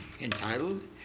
entitled